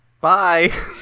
Bye